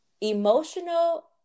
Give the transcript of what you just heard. emotional